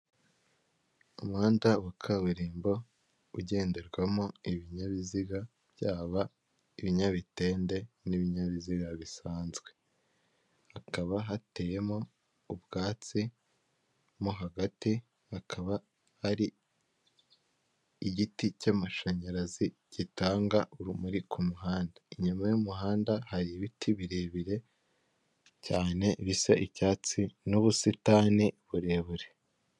Umuhanda wa kaburimbo ugenderwamo ibinyabiziga byaba ibinyabitende n’ibinyabiziga bisanzwe. Hakaba hateyemo ubwatsi mo hagati hakaba hari igiti cy’amashanyarazi gitanga urumuri ku muhanda. Inyuma y’umuhanda hari ibiti birebire cyane bisa icyatsi n’ubusitani burebure.